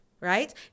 right